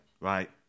right